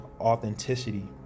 authenticity